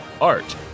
Art